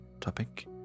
topic